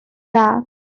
dda